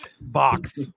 box